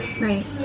Right